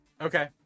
Okay